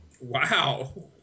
Wow